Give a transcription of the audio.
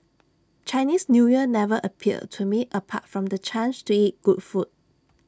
Chinese New Year never appealed to me apart from the chance to eat good food